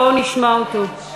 בואו נשמע אותו.